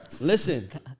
listen